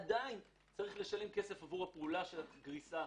עדיין צריך לשלם כסף עבור הפעולה של הגריסה.